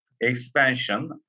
expansion